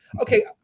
Okay